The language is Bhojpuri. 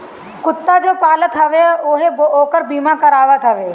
कुत्ता जे पालत हवे उहो ओकर बीमा करावत हवे